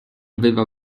aveva